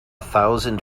thousand